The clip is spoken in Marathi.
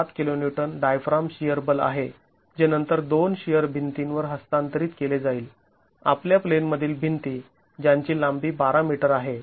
७ kN डायफ्राम शिअर बल आहे जे नंतर दोन शिअर भिंतींवर हस्तांतरित केले जाईल आपल्या प्लेन मधील भिंती ज्यांची लांबी १२ मीटर आहे